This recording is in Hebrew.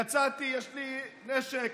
יצאתי, יש לי נשק,